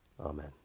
Amen